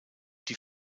die